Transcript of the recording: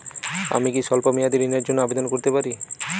আমি কি স্বল্প মেয়াদি ঋণের জন্যে আবেদন করতে পারি?